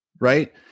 right